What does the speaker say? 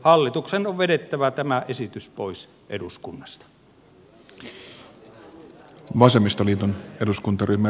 hallituksen on vedettävä tämä esitys pois eduskunnasta